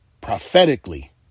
prophetically